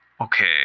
okay